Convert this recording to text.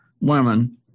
women